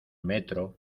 metro